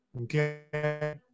Okay